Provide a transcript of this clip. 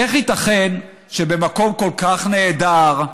איך ייתכן שבמקום כל כך נהדר,